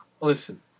listen